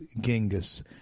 Genghis